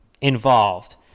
involved